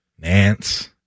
Nance